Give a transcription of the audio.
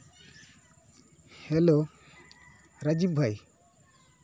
hello Rajib ᱵᱷᱹᱟᱭ